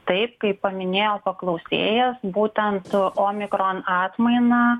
taip kaip paminėjo paklausėjas būtent omikron atmaina